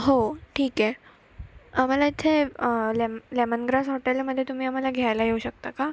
हो ठीक आहे आम्हाला इथे लेम् लेमन ग्रास हॉटेलमध्ये तुम्ही आम्हाला घ्यायला येऊ शकता का